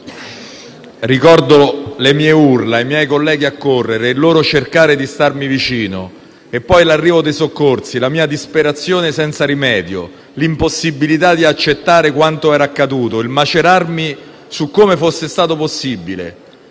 «Ricordo le mie urla, i miei colleghi accorrere, il loro cercare di starmi vicino e poi l'arrivo dei soccorsi, la mia disperazione senza rimedio, l'impossibilità di accettare quanto era accaduto. Il macerarmi su come fosse stato possibile.